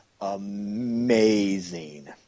amazing